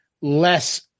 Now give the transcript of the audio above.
less